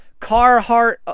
Carhartt